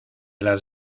las